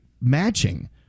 matching